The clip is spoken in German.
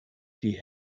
die